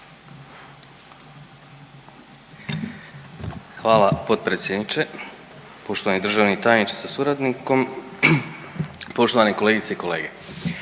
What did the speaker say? Hvala potpredsjedniče. Poštovani državni tajniče sa suradnikom, poštovane kolegice i kolege.